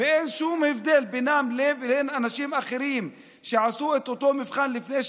בלי שום הבדל בינם לבין אנשים אחרים שעשו את אותו מבחן לפני שנה,